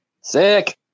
Sick